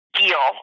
deal